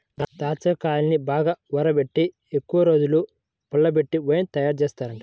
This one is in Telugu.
దాచ్చాకాయల్ని బాగా ఊరబెట్టి ఎక్కువరోజులు పుల్లబెట్టి వైన్ తయారుజేత్తారంట